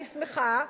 אני שמחה.